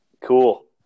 Cool